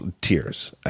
tears